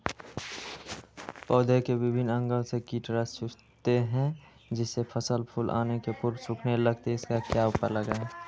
पौधे के विभिन्न अंगों से कीट रस चूसते हैं जिससे फसल फूल आने के पूर्व सूखने लगती है इसका क्या उपाय लगाएं?